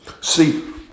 See